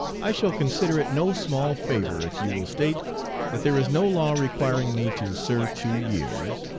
i shall consider it no small favor if you will state that there is no law requiring me to serve two years,